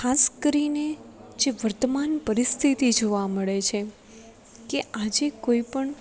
ખાસ કરીને જે વર્તમાન પરિસ્થિતિ જોવા મળે છે કે આજે કોઈપણ